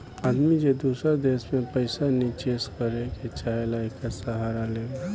आदमी जे दूसर देश मे पइसा निचेस करे के चाहेला, एकर सहारा लेवला